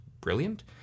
brilliant